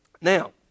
Now